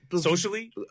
socially